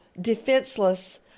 defenseless